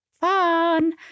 fun